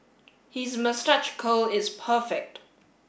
his moustache curl is perfect